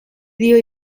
dio